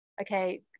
okay